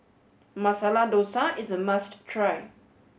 Masala Dosa is a must try